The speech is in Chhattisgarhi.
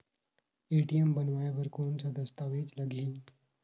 ए.टी.एम बनवाय बर कौन का दस्तावेज लगही?